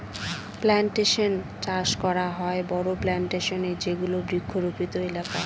plantation চাষ করা হয় বড়ো প্লানটেশনে যেগুলো বৃক্ষরোপিত এলাকা